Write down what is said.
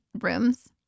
rooms